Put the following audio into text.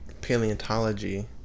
paleontology